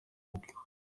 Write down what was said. bwe